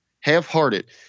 half-hearted